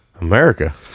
america